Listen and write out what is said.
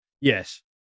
Yes